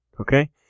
Okay